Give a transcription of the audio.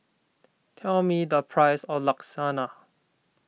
tell me the price of Lasagna